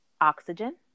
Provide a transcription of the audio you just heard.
oxygen